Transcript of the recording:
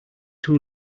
too